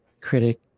critic